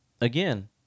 again